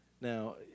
Now